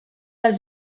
els